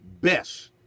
best